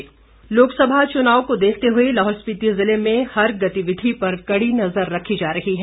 चुनाव लाहौल लोकसभा चुनाव को देखते हुए लाहौल स्पीति जिले में हर गतिविधि पर कड़ी नजर रखी जा रही है